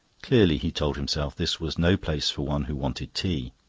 clearly, he told himself, this was no place for one who wanted tea.